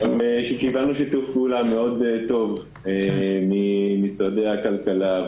לאורך השבועיים האחרונים קיבלנו שיתוף פעולה מאוד טוב ממשרדי הכלכלה,